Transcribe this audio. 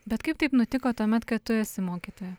bet kaip taip nutiko tuomet kad tu esi mokytoja